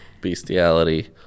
Bestiality